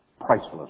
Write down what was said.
priceless